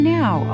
now